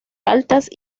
altas